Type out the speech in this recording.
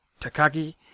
Takagi